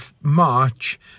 March